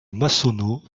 massonneau